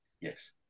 Yes